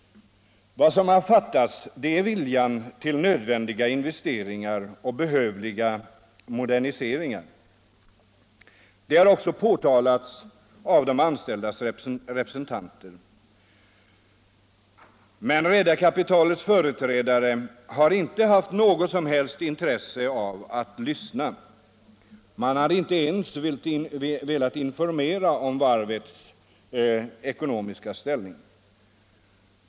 Vad som har fattats är viljan till nödvändiga investeringar och behövliga moderniseringar. Det har också påtalats av de anställdas representanter. Men redarkapitalets företrädare har inte haft något intresse av att lyssna. Man har inte ens velat informera om varvets ekonomiska ställning.